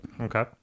Okay